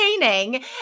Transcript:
entertaining